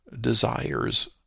desires